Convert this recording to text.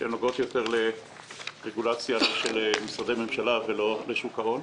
שנוגעות יותר לרגולציה של משרדי ממשלה ולא לשוק ההון.